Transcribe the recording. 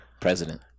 President